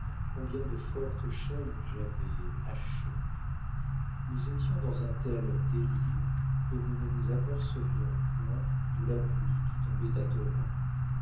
combien de fortes chaînes j'avais hachées nous étions dans un tel délire que nous ne nous apercevions point de la pluie qui tombait à torrents